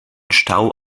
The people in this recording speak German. stau